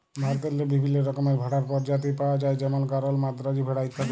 ভারতেল্লে বিভিল্ল্য রকমের ভেড়ার পরজাতি পাউয়া যায় যেমল গরল, মাদ্রাজি ভেড়া ইত্যাদি